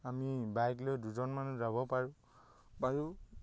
আমি বাইক লৈ দুজন মানুহ যাব পাৰোঁ বাৰু